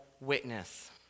witness